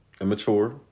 Immature